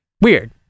weird